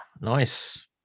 Nice